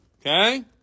Okay